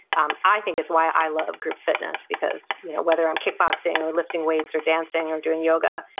um i think it's why i love group fitness, because you know whether i'm kickboxing or lifting weights or dancing or doing yoga,